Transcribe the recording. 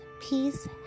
peace